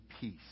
peace